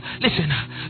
Listen